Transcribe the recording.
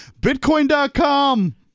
Bitcoin.com